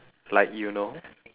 like you know